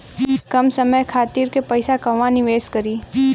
कम समय खातिर के पैसा कहवा निवेश करि?